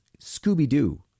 Scooby-Doo